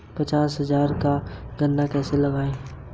पचास हज़ार का लोन कैसे मिलता है?